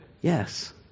Yes